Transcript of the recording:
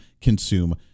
consume